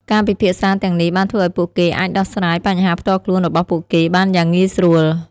ការពិភាក្សាទាំងនេះបានធ្វើឱ្យពួកគេអាចដោះស្រាយបញ្ហាផ្ទាល់ខ្លួនរបស់ពួកគេបានយ៉ាងងាយស្រួល។